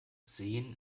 sehen